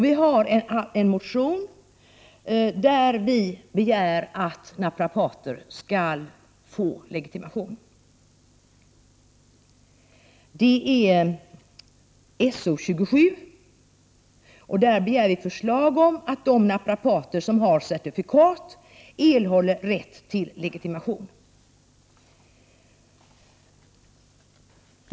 Vi har en motion — S027 — där vi begär förslag om att de naprapater som har certifikat skall erhålla rätt till legitimation.